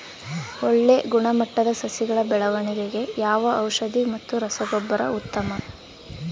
ಒಳ್ಳೆ ಗುಣಮಟ್ಟದ ಸಸಿಗಳ ಬೆಳವಣೆಗೆಗೆ ಯಾವ ಔಷಧಿ ಮತ್ತು ರಸಗೊಬ್ಬರ ಉತ್ತಮ?